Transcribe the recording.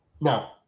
no